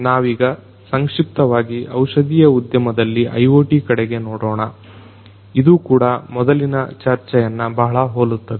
ನಾವೀಗ ಸಂಕ್ಷಿಪ್ತವಾಗಿ ಔಷಧಿಯ ಉದ್ಯಮದಲ್ಲಿ IoT ಕಡೆಗೆ ನೋಡೊಣ ಇದು ಕೂಡ ಮೊದಲಿನ ಚರ್ಚೆಯನ್ನು ಬಹಳ ಹೋಲುತ್ತದೆ